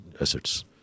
assets